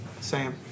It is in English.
Sam